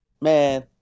Man